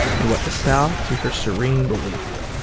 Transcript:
and what the south to her serene belief.